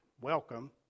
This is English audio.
welcome